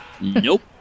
Nope